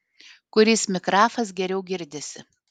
kuris mikrafas geriau girdisi